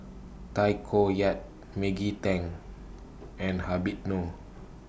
Tay Koh Yat Maggie Teng and Habib Noh